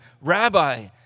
Rabbi